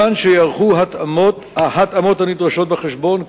מובן שייערכו ההתאמות הנדרשות בחשבון,